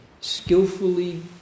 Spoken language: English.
Skillfully